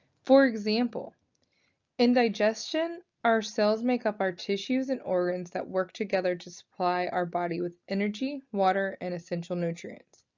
for example in digestion our cells make up our tissues and organs that work together to supply our body with energy water and essential nutrients.